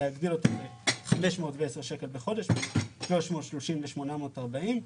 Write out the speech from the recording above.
להגדיל אותו ב-510 שקלים בחודש ו-338 ו-840.